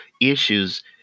issues